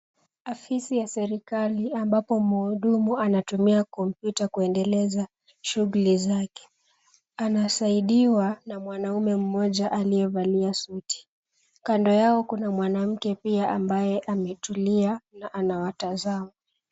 Afisi ya serikali ambapo mhudumu anatumia kompyuta kuendeleza shughuli zake. Anasaidiwa na mwanaume mmoja aliyevalia suti. Kando yao kuna mwanamke pia ambaye ametulia na kuwatazama.